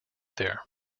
there